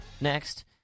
next